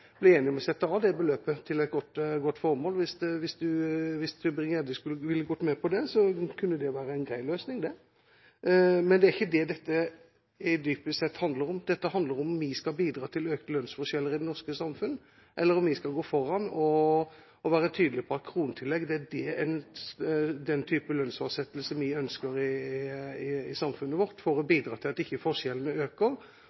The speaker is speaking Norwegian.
bli enig om å sette av det beløpet til et godt formål. Hvis Tybring-Gjedde ville gått med på det, kunne det være en grei løsning. Men det er ikke det dette dypest sett handler om. Dette handler om vi skal bidra til økte lønnsforskjeller i det norske samfunn, eller om vi skal gå foran og være tydelige på at kronetillegg er den type lønnsfastsettelse vi ønsker i samfunnet vårt for å